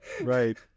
right